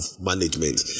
management